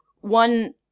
One